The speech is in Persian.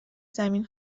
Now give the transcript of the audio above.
زمین